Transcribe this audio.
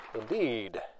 Indeed